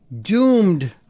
doomed